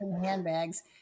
handbags